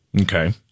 Okay